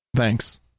Thanks